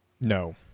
No